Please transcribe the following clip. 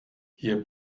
hier